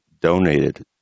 donated